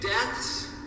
deaths